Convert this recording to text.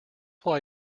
why